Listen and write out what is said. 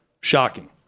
Shocking